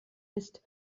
ist